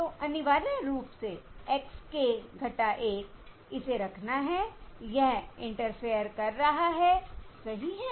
तो अनिवार्य रूप से x k 1 इसे रखना है यह इंटरफेयर कर रहा है सही है